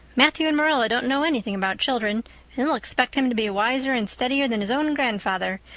matthew and marilla don't know anything about children and they'll expect him to be wiser and steadier that his own grandfather,